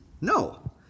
No